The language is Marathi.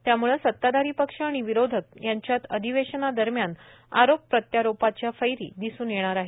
त्यामुळे सताधारी पक्ष आणि विरोधक त्यांच्यात अधिवेशनात आरोप प्रत्यारोपाचा फैरी दिसून येणार आहे